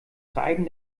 reiben